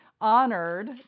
honored